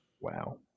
Wow